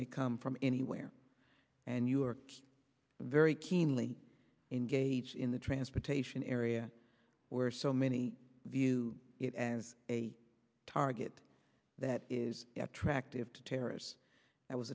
may come from anywhere and you are very keenly engage in the transportation area where so many view it as a target that is yet tracked if the terrorists that was